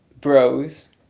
bros